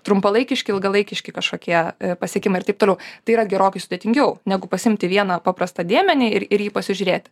trumpalaikiški ilgalaikiški kažkokie pasiekimai ir taip toliau tai yra gerokai sudėtingiau negu pasiimti vieną paprastą dėmenį ir ir jį pasižiūrėti